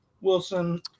Wilson